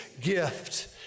gift